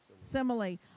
Simile